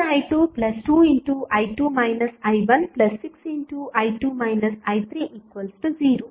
4i22i2 i16i2 i3 0